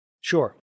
Sure